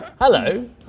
Hello